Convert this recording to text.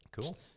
Cool